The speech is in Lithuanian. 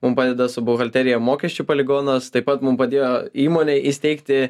mum padeda su buhalterija mokesčių poligonas taip pat mum padėjo įmonę įsteigti